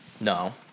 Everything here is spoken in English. No